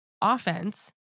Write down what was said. offense